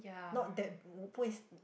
not that 我不会